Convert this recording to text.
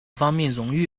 方面